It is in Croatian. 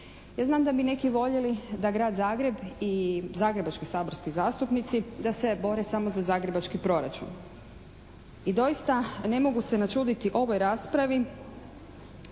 Ja znam da bi neki voljeli da Grad Zagreb i zagrebački saborski zastupnici da se bore samo za zagrebački proračun. I doista, ne mogu se načuditi ovoj raspravi